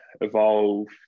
evolve